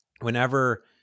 whenever